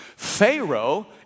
Pharaoh